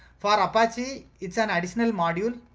for apache, it's an additional module,